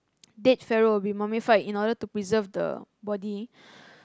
dead Pharaoh would be mummified in order to preserve the body